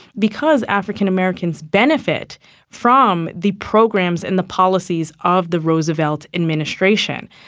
because african americans benefit from the programs and the policies of the roosevelt administration.